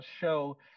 show